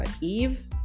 Eve